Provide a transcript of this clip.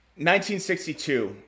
1962